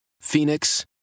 Phoenix